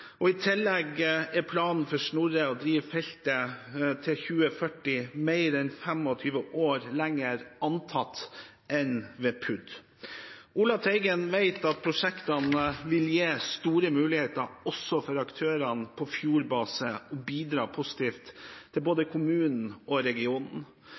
I tillegg er planen å drive Snorre-feltet til 2040, mer enn 25 år lenger enn antatt i Plan for utbygging og drift, PUD. Ola Teigen vet at prosjektene vil gi store muligheter, også for aktørene på Fjord Base, og vil bidra positivt til både kommunen og regionen.